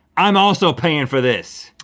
i'm also paying for this!